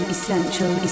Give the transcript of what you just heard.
Essential